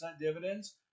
dividends